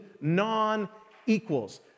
non-equals